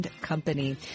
Company